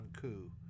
coup